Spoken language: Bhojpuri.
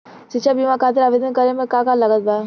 शिक्षा बीमा खातिर आवेदन करे म का का लागत बा?